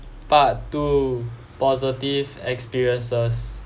part two positive experiences